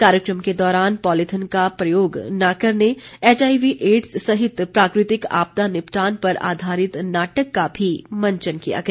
कार्यक्रम के दौरान पॉलिथीन का प्रयोग न करने एचआईवी एड्स सहित प्राकृतिक आपदा निपटान पर आधारित नाटक का भी मंचन किया गया